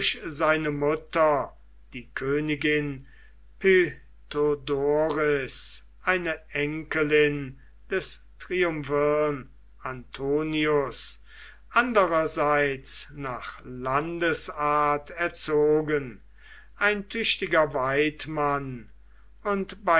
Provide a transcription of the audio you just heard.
seine mutter die königin pythodoris eine enkelin des triumvirn antonius andererseits nach landesart erzogen ein tüchtiger waidmann und